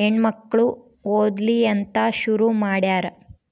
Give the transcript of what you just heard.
ಹೆಣ್ಮಕ್ಳು ಓದ್ಲಿ ಅಂತ ಶುರು ಮಾಡ್ಯಾರ